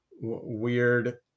weird